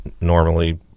normally